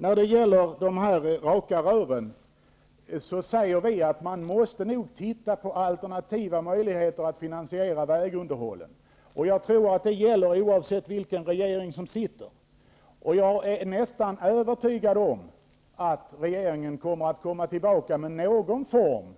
När det gäller de raka rören säger vi att man nog måste titta på alternativa möjligheter att finansiera vägunderhållet, och jag tror att det gäller oavsett vilken regering som sitter. Jag är nästan övertygad om att regeringen avser att komma tillbaka med någon form